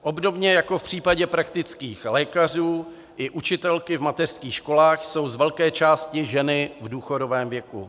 Obdobně jako v případě praktických lékařů i učitelky v mateřských školách jsou z velké části ženy v důchodovém věku.